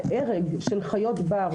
ההרג של חיות בר,